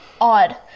odd